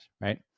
right